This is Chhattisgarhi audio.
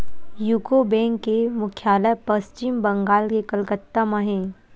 यूको बेंक के मुख्यालय पस्चिम बंगाल के कलकत्ता म हे